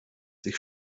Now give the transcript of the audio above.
sich